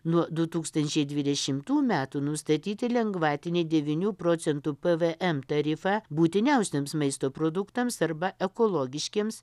nuo du tūkstančiai dvidešimtų metų nustatyti lengvatinį devynių procentų pvm tarifą būtiniausiems maisto produktams arba ekologiškiems